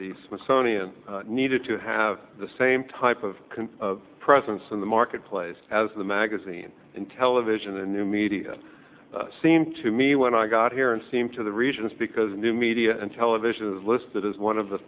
the smithsonian needed to have the same type of presence in the marketplace as the magazine and television and new media seemed to me when i got here and seem to the reason is because new media and television is listed as one of the